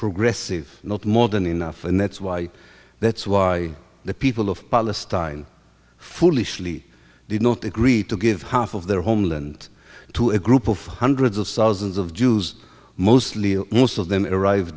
progressive not more than enough and that's why that's why the people of palestine foolishly did not agree to give half of their homeland to a group of hundreds of thousands of jews mostly most of them arrive